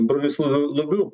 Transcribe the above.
bronislovu lubiu